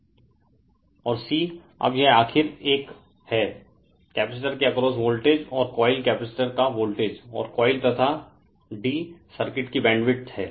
Refer Slide Time 0949 और अब यह आखिर एक हैं रेफेर टाइम 0954 कपैसिटर के अक्रॉस वोल्टेज और कोइल कपैसिटर का वोल्टेज और कोइल तथा सर्किट की बैंडविड्थ हैं